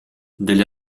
degli